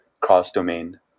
cross-domain